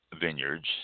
Vineyards